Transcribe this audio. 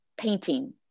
painting